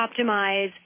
optimize